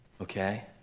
Okay